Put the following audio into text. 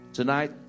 Tonight